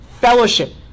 fellowship